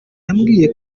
yambwiye